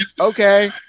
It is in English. okay